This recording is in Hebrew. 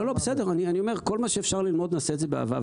כל מה שאפשר ללמוד נעשה את זה באהבה.